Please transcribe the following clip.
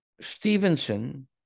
Stevenson